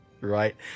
Right